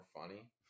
funny